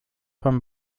von